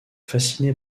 fasciné